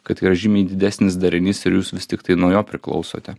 kad yra žymiai didesnis darinys ir jūs vis tiktai nuo jo priklausote